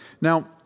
Now